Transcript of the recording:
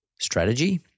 strategy